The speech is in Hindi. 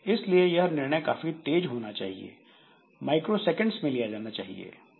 इसलिए यह निर्णय काफी तेज होना चाहिए माइक्रोसेकेंड्स में लिया जाना चाहिए